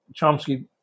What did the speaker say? Chomsky